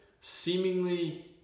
seemingly